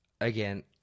again